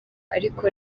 ariko